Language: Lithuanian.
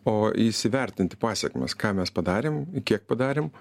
o įsivertinti pasekmes ką mes padarėm kiek padarėm